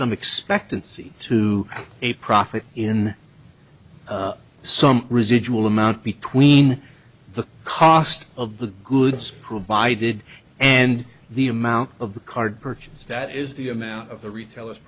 some expectancy to a profit in some residual amount between the cost of the goods provided and the amount of the card purchase that is the amount of the retailers